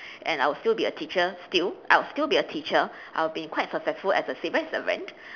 and I would still be a teacher still I will still be a teacher I will be quite successful as a civil servant